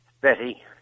Betty